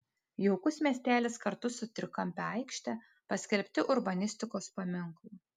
jaukus miestelis kartu su trikampe aikšte paskelbti urbanistikos paminklu